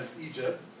Egypt